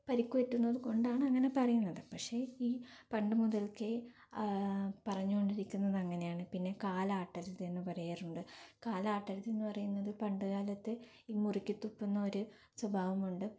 പരിക്ക് പറ്റുന്നത് കൊണ്ടാണ് അങ്ങനെ പറയുന്നത് പക്ഷേ ഈ പണ്ട് മുതൽക്കേ പറഞ്ഞ് കൊണ്ടിരിക്കുന്നത് അങ്ങനെ ആണ് പിന്നെ കാലാട്ടരുത് എന്ന് പറയാറുണ്ട് കാലാട്ടരുതെന്ന് പറയുന്നത് പണ്ട് കാലത്ത് ഈ മുറുക്കി തുപ്പുന്ന ഒരു സ്വഭാവമുണ്ട്